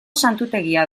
santutegia